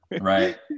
right